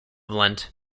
lent